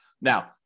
Now